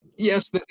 Yes